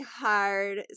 hard